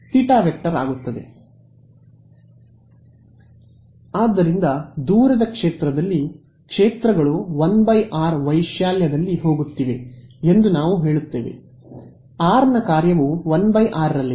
ಆದ್ದರಿಂದ ದೂರದ ಕ್ಷೇತ್ರದಲ್ಲಿ ಕ್ಷೇತ್ರಗಳು 1 r ವೈಶಾಲ್ಯದಲ್ಲಿ ಹೋಗುತ್ತಿವೆ ಎಂದು ನಾವು ಹೇಳುತ್ತೇವೆ r ನ ಕಾರ್ಯವು 1 r ರಲ್ಲಿದೆ